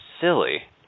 silly